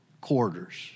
quarters